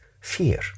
fear